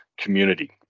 community